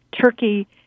turkey